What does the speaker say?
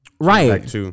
right